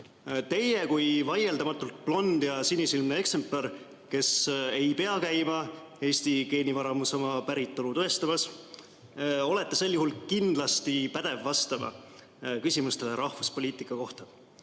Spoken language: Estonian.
teie kui vaieldamatult blond ja sinisilmne eksemplar, kes ei pea käima Eesti geenivaramus oma päritolu tõestamas, olete sel juhul kindlasti pädev vastama küsimustele rahvuspoliitika kohta.